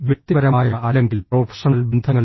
വ്യക്തിപരമായ അല്ലെങ്കിൽ പ്രൊഫഷണൽ ബന്ധങ്ങളിൽ